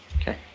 Okay